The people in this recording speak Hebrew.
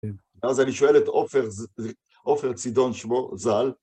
אז אני שואל את עופר צידון שמו ז"ל.